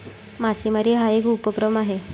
मासेमारी हा एक उपक्रम आहे